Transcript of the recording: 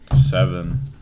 Seven